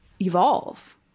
Evolve